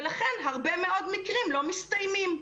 לכן הרבה מאוד מקרים לא מסתיימים.